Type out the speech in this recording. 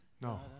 No